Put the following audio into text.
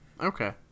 Okay